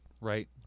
right